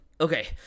Okay